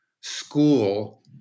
school